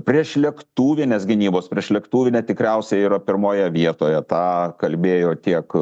priešlėktuvinės gynybos priešlėktuvinė tikriausiai yra pirmoje vietoje tą kalbėjo tiek